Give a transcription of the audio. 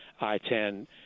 I-10